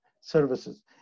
services